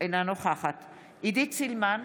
אינה נוכחת עידית סילמן,